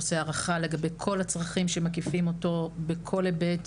עושה הערכה לגבי כל הצרכים שמקיפים אותו בכל היבט,